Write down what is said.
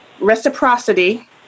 reciprocity